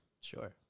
Sure